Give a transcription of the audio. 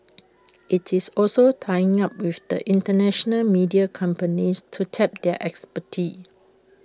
IT is also tying up with the International media companies to tap their expertise